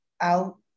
out